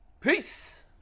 Peace